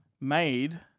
Made